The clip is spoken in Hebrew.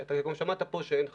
אתה גם שמעת פה שאין חלופה.